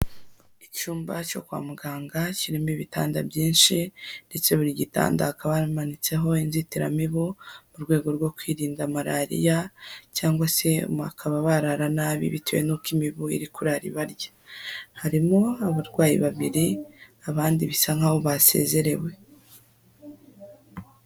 Icyumba cyo kwa muganga kirimo ibitanda byinshi, ndetse buri gitanda hakaba hamanitseho inzitiramibu mu rwego rwo kwirinda malariya, cyangwa se bakaba barara nabi bitewe n'uko imibu iri kurara ibarya. Harimo abarwayi babiri, abandi bisa nkaho basezerewe.